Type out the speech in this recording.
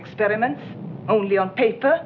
experiments only on paper